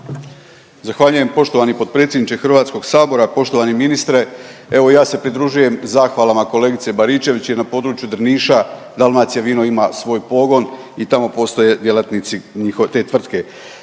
Zahvaljujem poštovani potpredsjedniče HS. Poštovani ministre, evo ja se pridružujem zahvalama kolegice Baričević jer na području Drniša Dalmacijavino ima svoj pogon i tamo postoje djelatnici njiho…, te tvrtke.